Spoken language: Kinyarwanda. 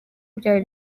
byawe